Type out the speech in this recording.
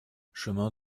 chemin